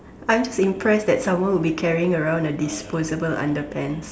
I'm just impressed that someone would carrying around a disposable underpants